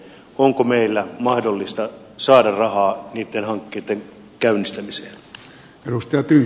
onko meillä mahdollista saada rahaa niitten hankkeitten käynnistämiseen